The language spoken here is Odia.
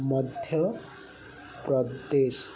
ମଧ୍ୟପ୍ରଦେଶ